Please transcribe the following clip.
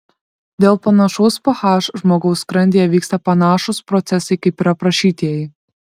dėl panašaus ph žmogaus skrandyje vyksta panašūs procesai kaip ir aprašytieji